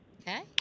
Okay